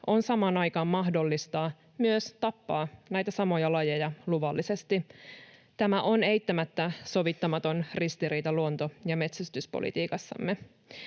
toisaalla on mahdollista myös tappaa näitä samoja lajeja luvallisesti. Tämä on eittämättä sovittamaton ristiriita luonto- ja metsästyspolitiikassamme.